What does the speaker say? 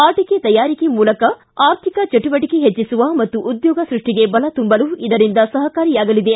ಆಟಕೆ ತಯಾರಿಕೆ ಮೂಲಕ ಆರ್ಥಿಕ ಚಟುವಟಕೆ ಹೆಚ್ಚಿಸುವ ಮತ್ತು ಉದ್ಯೋಗ ಸೃಷ್ಟಿಗೆ ಬಲ ತುಂಬಲು ಇದರಿಂದ ಸಹಕಾರಿಯಾಗಲಿದೆ